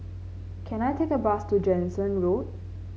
can I take a bus to Jansen Road